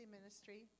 Ministry